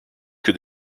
que